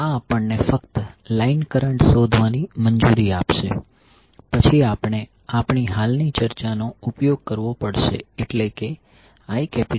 આ આપણને ફક્ત લાઈન કરંટ શોધવાની મંજૂરી આપશે પછી આપણે આપણી હાલની ચર્ચાનો ઉપયોગ કરવો પડશે એટલે કે IL3Ip